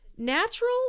natural